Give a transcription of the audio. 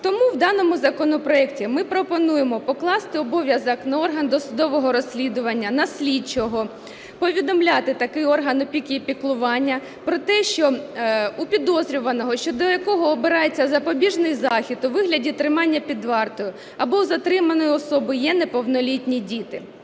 Тому в даному законопроекті ми пропонуємо покласти обов'язок на орган досудового розслідування, на слідчого повідомляти такий орган опіки і піклування про те, що у підозрюваного, щодо якого обирається запобіжний захід у вигляді тримання під вартою, або у затриманої особи є неповнолітні діти.